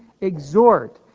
exhort